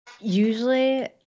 Usually